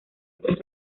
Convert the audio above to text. otras